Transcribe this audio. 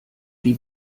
die